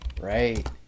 Right